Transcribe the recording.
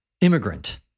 immigrant